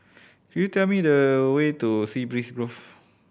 could you tell me the way to Sea Breeze Grove